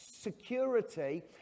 security